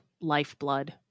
lifeblood